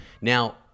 Now